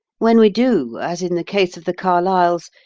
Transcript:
when we do, as in the case of the carlyles,